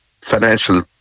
financial